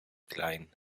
klein